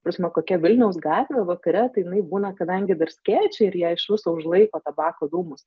prasme kokia vilniaus gatvė vakare tai jinai būna kadangi dar skėčiai ir jei iš viso užlaiko tabako dūmus